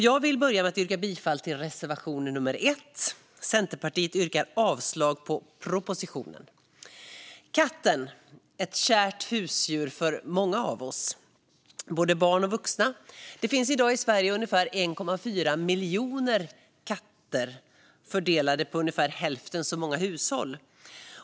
Jag vill börja med att yrka bifall till reservation nummer 1. Centerpartiet yrkar avslag på propositionen. Katten är ett kärt husdjur för många av oss, både barn och vuxna. Det finns i dag i Sverige ungefär 1,4 miljoner katter, fördelade på ungefär hälften så många hushåll.